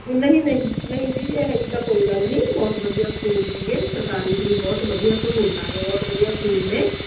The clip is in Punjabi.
ਨਹੀਂ ਨਹੀਂ ਨਹੀਂ ਦੀਦੀ ਇਹ ਤਾਂ ਕੋਈ ਗੱਲ ਨਹੀਂ ਬਹੁਤ ਵਧੀਆ ਸਕੂਲ ਨਹੀਂ ਹੈਗੇ ਸਰਕਾਰੀ 'ਚ ਵੀ ਬਹੁਤ ਵਧੀਆ ਸਹੂਲਤਾਂ ਨੇ ਬਹੁਤ ਵਧੀਆ ਸਕੂਲ ਨੇ